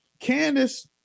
Candice